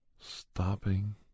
stopping